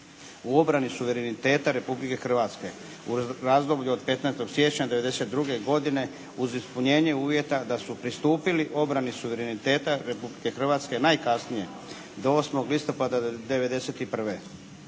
u obrani suvereniteta Republike Hrvatske u razdoblju od 15. siječnja 92. godine, uz ispunjenje uvjeta da su pristupili obrani suvereniteta Republike Hrvatske najkasnije do 8. listopada '91.,